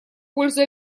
пользу